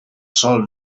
sòl